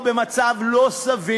מציעה, דווקא את החלק הזה, זה לא נסתר